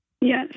Yes